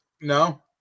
No